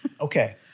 Okay